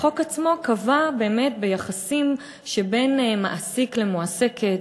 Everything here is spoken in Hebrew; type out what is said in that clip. החוק עצמו קבע באמת ביחסים שבין מעסיק למועסקת,